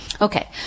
Okay